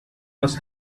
must